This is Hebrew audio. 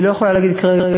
אני לא יכולה להגיד כרגע,